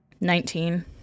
Nineteen